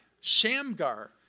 Shamgar